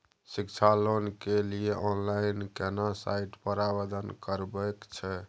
शिक्षा लोन के लिए ऑनलाइन केना साइट पर आवेदन करबैक छै?